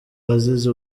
wazize